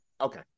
okay